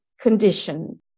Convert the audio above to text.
condition